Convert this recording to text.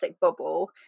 bubble